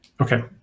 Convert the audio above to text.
Okay